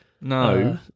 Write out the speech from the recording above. no